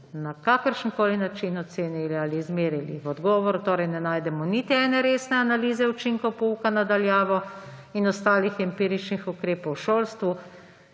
na kakršenkoli način ocenili ali izmerili. V odgovoru torej ne najdemo niti ene resne analize učinkov pouka na daljavo in ostalih empiričnih ukrepov v šolstvu,